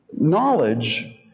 knowledge